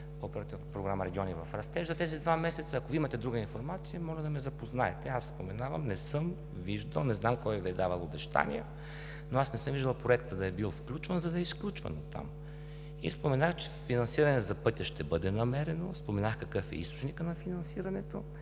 Оперативна програма „Региони в растеж“ за тези два месеца. Ако Вие имате друга информация моля да ме запознаете. Аз споменавам, не съм виждал, не знам кой Ви е давал обещания, но аз не съм виждал проекта да е бил включван, за да е изключван оттам. И споменах, че финансиране за пътя ще бъде намерено. Споменах какъв е източникът на финансирането.